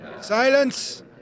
Silence